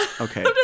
Okay